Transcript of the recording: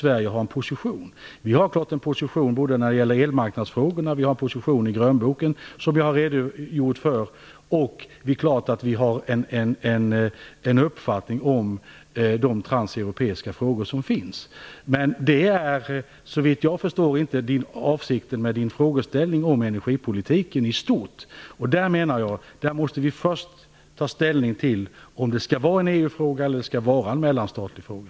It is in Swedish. Vi har en klar position vad gäller elmarknadsfrågorna, vad gäller Grönboken, som vi har redogjort för, och vi har naturligtvis en uppfattning om de transeuropeiska frågor som finns. Men såvitt jag förstår är detta inte avsikten med Dan Ericssons fråga om energipolitiken i stort. Vad gäller energipolitiken i stort menar jag alltså att vi först måste ta ställning till om det skall vara en EU fråga eller om det skall vara en mellanstatlig fråga.